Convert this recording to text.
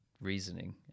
reasoning